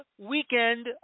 weekend